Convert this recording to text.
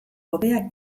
hobeak